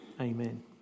Amen